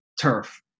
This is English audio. turf